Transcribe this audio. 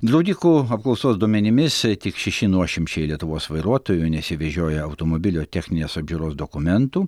draudikų apklausos duomenimis tik šeši nuošimčiai lietuvos vairuotojų nesivežioja automobilio techninės apžiūros dokumentų